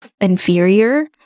inferior